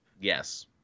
Yes